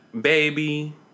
baby